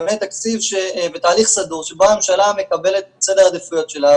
דיוני תקציב שהם בתהליך סדור שבו הממשלה מקבלת את סדר העדיפויות שלה